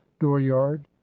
dooryard